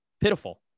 Pitiful